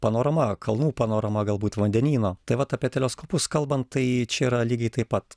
panorama kalnų panorama galbūt vandenyno tai vat apie teleskopus kalbant tai čia yra lygiai taip pat